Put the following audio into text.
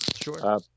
Sure